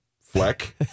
Fleck